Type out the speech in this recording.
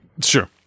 Sure